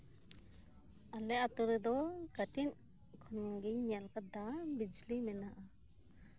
ᱟᱞᱮ ᱟᱹᱛᱩ ᱨᱮᱫᱚ ᱠᱟᱹᱴᱤᱡ ᱠᱷᱚᱱ ᱜᱤᱧ ᱧᱮᱞ ᱟᱠᱟᱫᱟ ᱵᱤᱡᱽᱞᱤ ᱢᱮᱱᱟᱜᱼᱟ